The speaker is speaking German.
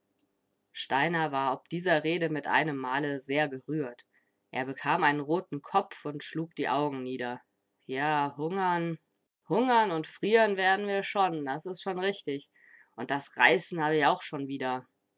steiner war ob dieser rede mit einem male sehr gerührt er bekam einen roten kopf und schlug die augen nieder ja hungern hungern und frieren werden wir schon das is schon richtig und das reißen hab ich auch schon wieder